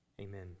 Amen